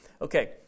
Okay